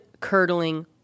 curdling